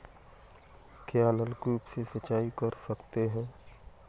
क्या नलकूप से सिंचाई कर सकते हैं?